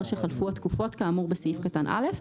שחלפו התקופות כאמור בסעיף קטן (א),